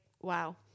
wow